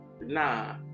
nah